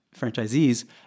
franchisees